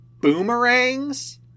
boomerangs